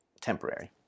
temporary